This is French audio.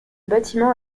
bâtiment